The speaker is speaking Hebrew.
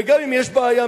וגם אם יש בעיה,